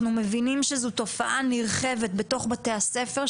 אנחנו מבינים שזו תופעה נרחבת בתוך בתי הספר,